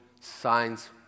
signs